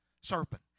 serpent